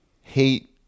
hate